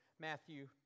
Matthew